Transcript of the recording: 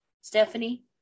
Stephanie